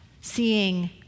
seeing